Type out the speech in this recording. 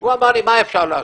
והוא אמר לי מה אפשר לעשות,